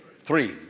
Three